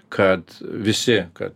kad visi kad